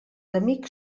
amics